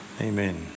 Amen